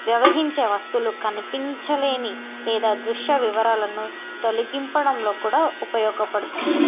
వ్యవహరించే వస్తువులు కనిపించలేని లేదా దృశ్య వివరాలను తొలగించడంలో కూడా ఉపయోగపడుతుంది